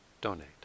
donate